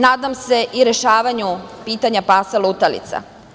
Nadam se i rešavanju pitanja pasa lutalica.